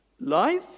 Life